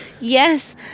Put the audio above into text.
Yes